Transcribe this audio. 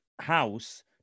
house